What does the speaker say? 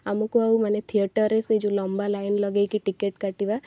ଆମୁକୁ ଆଉ ମାନେ ଥିଏଟର୍ରେ ସେଇ ଯେଉଁ ଲମ୍ବା ଲାଇନ୍ ଲଗାଇକି ଟିକେଟ୍ କାଟିବା